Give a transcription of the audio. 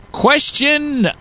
Question